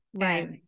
Right